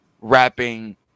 rapping